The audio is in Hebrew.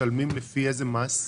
לפי איזה מס משלמים?